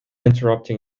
interrupting